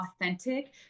authentic